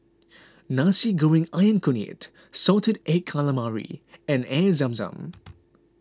Nasi Goreng Ayam Kunyit Salted Egg Calamari and Air Zam Zam